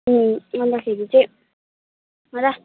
अन्तखेरि चाहिराखेको